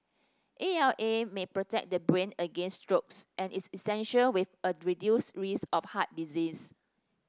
A L A may protect the brain against strokes and is with a reduced risk of heart disease